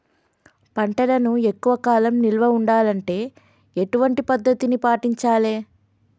పంటలను ఎక్కువ కాలం నిల్వ ఉండాలంటే ఎటువంటి పద్ధతిని పాటించాలే?